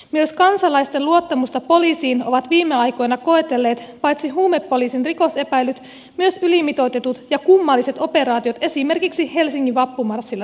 myös kansalaisten luottamusta poliisiin ovat viime aikoina koetelleet paitsi huumepoliisin rikosepäilyt myös ylimitoitetut ja kummalliset operaatiot esimerkiksi helsingin vappumarssilla tänä vuonna